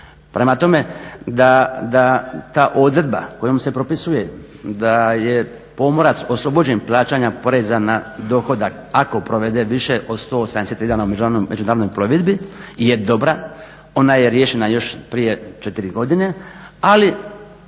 Prema tome da ta odredba kojom se propisuje da je pomorac oslobođen plaćanja poreza na dohodak ako provede više od 183 dana u međunarodnoj plovidbi je dobra ona je riješena još prije 4 godine ali